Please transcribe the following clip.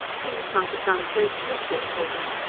things might have run so smoothly for him,